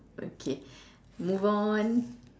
okay move on